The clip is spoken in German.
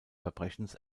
verbrechens